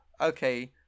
okay